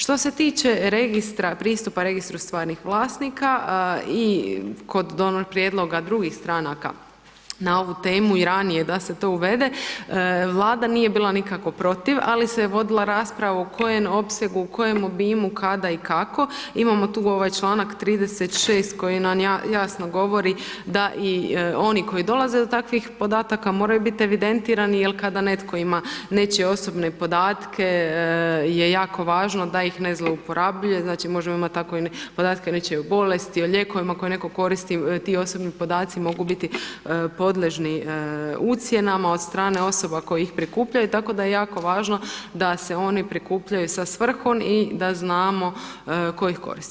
Što se tiče pristupa Registru stvarnih vlasnika i kod prijedloga drugih stranaka na ovu temu i ranije da se to uvede, Vlada nije bila nikako protiv ali se je vodila rasprava u kojem opsegu, u kojem obimu, kada i kako, imamo tu ovaj članak 36. koji nam jasno govori da i oni koji dolaze do takvih podataka, moraju biti evidentirani jer kada netko imaju nečije osobne podatke je jako važno da ih ne zlouporabljuje, znači možemo imati tako podatke o nečijoj bolesti, o lijekovima koje je netko koristi, ti osobni podaci mogu biti podložni ucjenama od strane osoba koje ih prikupljaju tako da je jako važno da se oni prikupljaju sa svrhom i da znamo tko ih koristi.